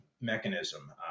mechanism